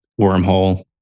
wormhole